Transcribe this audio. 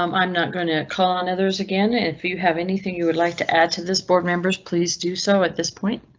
um i'm not going to call in others again. if you have anything you would like to add to this board members, please do so at this point.